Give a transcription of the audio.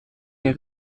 der